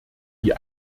die